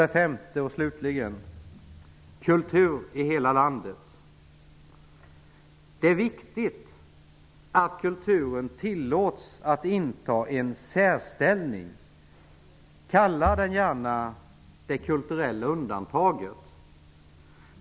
Vi vill slutligen ha kultur i hela landet. Det är viktigt att kulturen tilllåts att inta en särställning -- kalla det gärna ''det kulturella undantaget''.